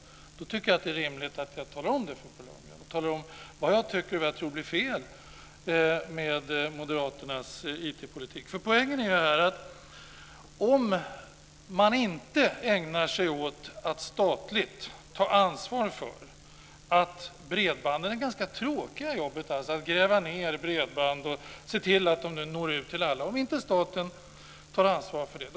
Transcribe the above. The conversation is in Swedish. Då är det rimligt att jag talar om för Bo Lundgren vad jag tycker är fel med moderaternas IT Poängen är att om man inte ägnar sig åt att statligt ta ansvar för det tråkiga jobbet att gräva ned bredband och se till att de når ut till alla kommer några andra att göra det.